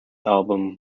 album